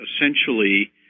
essentially